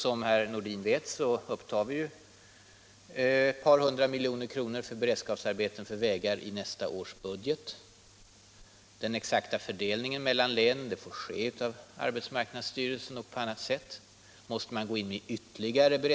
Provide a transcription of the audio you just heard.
Som herr Nordin vet upptar vi i nästa års budget ett par hundra miljoner kronor för beredskapsarbeten till vägar. Den exakta fördelningen mellan länen får göras av arbetsmarknadsstyrelsen och på annat sätt.